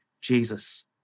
Jesus